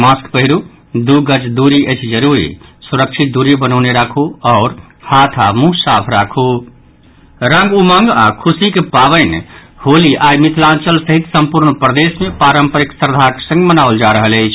mask पहिरू दू गज दूरी अछि जरूरी सुरक्षित दूरी बनौने राखु हाथ आओर मुंह साफ रखु रंग उमंग आ खुशीक पावनि होली आइ मिथिलांचल सहित सम्पूर्ण प्रदेश मे पारंपरिक श्रद्वाक संग मनाओल जा रहल अछि